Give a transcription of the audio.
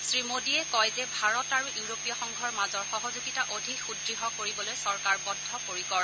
শ্ৰীমোদীয়ে কয় যে ভাৰত আৰু ইউৰোপীয় সংঘৰ মাজৰ সহযোগিতা অধিক সূদ্য় কৰিবলৈ চৰকাৰ বদ্ধপৰিকৰ